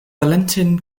valentin